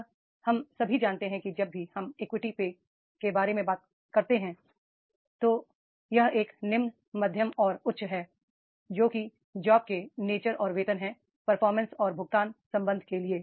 यह हम सभी जानते हैं कि जब भी हम इक्विटी पे के बारे में बात करते हैं तो यह एक निम्न मध्यम और उच्च है जो कि जॉब के नेचर और वेतन है परफॉर्मेंस और भुगतान संबंध के लिए